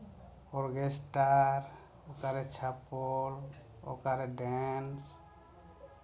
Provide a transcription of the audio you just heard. orchestra ᱚᱠᱟᱨᱮ ᱪᱷᱟᱯᱚᱞ ᱚᱠᱟᱨᱮ ᱰᱮᱱᱥ